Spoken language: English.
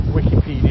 Wikipedia